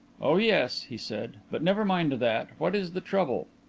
oh yes, he said. but never mind that. what is the trouble?